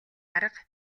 арга